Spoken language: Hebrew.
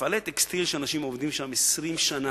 מפעלי טקסטיל שאנשים עובדים בהם 20 שנה,